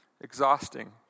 Exhausting